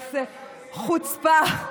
חוצפה.